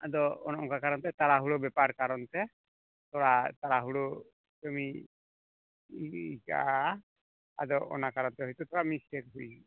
ᱟᱫᱚ ᱚᱱᱮ ᱚᱱᱠᱟ ᱠᱟᱨᱚᱱ ᱛᱮ ᱛᱟᱲᱟ ᱦᱩᱲᱟᱹ ᱵᱮᱯᱟᱨ ᱠᱟᱨᱚᱱᱛᱮ ᱛᱷᱚᱲᱟ ᱛᱟᱲᱟ ᱦᱩᱲᱟᱹ ᱠᱟᱹᱢᱤ ᱤᱫᱤ ᱟᱠᱟᱫᱼᱟ ᱟᱫᱚ ᱚᱱᱟ ᱠᱟᱨᱚᱱ ᱛᱮ ᱛᱷᱚᱲᱟ ᱢᱤᱥᱴᱮᱠ ᱦᱩᱭᱟᱠᱟᱱᱟ